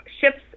ships